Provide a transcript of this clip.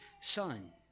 son